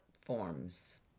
forms